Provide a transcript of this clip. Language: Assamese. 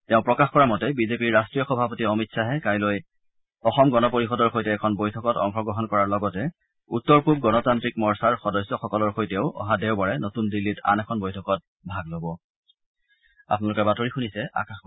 তেওঁ লগতে প্ৰকাশ কৰা মতে বিজেপিৰ ৰাষ্ট্ৰীয় সভাপতি অমিত শ্বাহে কাইলৈ অসম গণ পৰিষদৰ সৈতে এখন বৈঠকত অংশগ্ৰহণ কৰাৰ লগতে উত্তৰ পূব গণতান্ত্ৰিক মৰ্চাৰ সদস্যসকলৰ সৈতেও অহা দেওবাৰে নতুন দিল্লীত আন এখন বৈঠকত ভাগ ল'ব